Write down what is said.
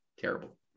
Terrible